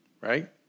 right